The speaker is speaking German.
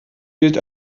gilt